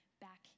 back